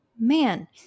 man